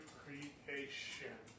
creation